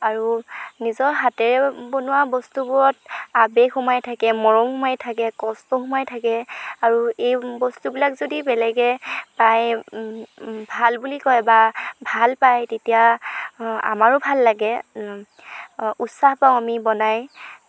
আৰু নিজৰ হাতেৰে বনোৱা বস্তুবোৰত আৱেগ সোমাই থাকে মৰম সোমাই থাকে কষ্ট সোমাই থাকে আৰু এই বস্তুবিলাক যদি বেলেগে পায় ভাল বুলি কয় বা ভাল পায় তেতিয়া আমাৰো ভাল লাগে অঁ উৎসাহ পাওঁ আমি বনায়